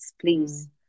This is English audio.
please